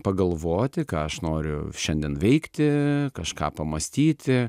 pagalvoti ką aš noriu šiandien veikti kažką pamąstyti